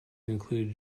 include